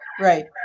right